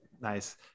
Nice